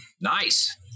Nice